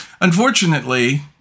Unfortunately